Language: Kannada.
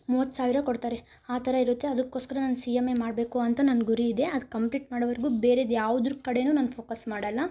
ಮೂವತ್ತು ಸಾವಿರ ಕೊಡ್ತಾರೆ ಆ ಥರ ಇರುತ್ತೆ ಅದಕ್ಕೋಸ್ಕರ ನಾನು ಸಿ ಎಂ ಎ ಮಾಡಬೇಕು ಅಂತ ನನ್ನ ಗುರಿ ಇದೆ ಅದು ಕಂಪ್ಲೀಟ್ ಮಾಡೋವರೆಗೂ ಬೇರೆದು ಯಾವ್ದ್ರ ಕಡೆನೂ ನಾನು ಫೋಕಸ್ ಮಾಡೋಲ್ಲ